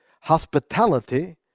hospitality